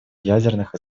ядерных